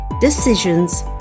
decisions